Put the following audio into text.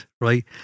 right